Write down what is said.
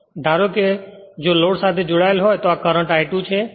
અને ધારો કે જો લોડ જોડાયેલ છે તો આ કરંટ I2 છે